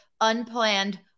unplanned